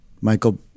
Michael